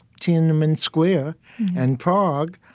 tiananmen square and prague,